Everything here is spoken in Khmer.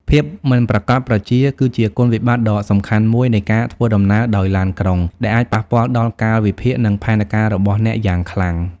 ភាពមិនប្រាកដប្រជា គឺជាគុណវិបត្តិដ៏សំខាន់មួយនៃការធ្វើដំណើរដោយឡានក្រុង ដែលអាចប៉ះពាល់ដល់កាលវិភាគ និងផែនការរបស់អ្នកយ៉ាងខ្លាំង។